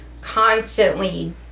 constantly